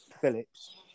Phillips